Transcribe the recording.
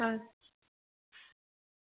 आं